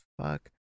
fuck